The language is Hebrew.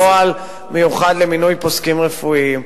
אני עכשיו אמור לאשר נוהל מיוחד למינוי פוסקים רפואיים.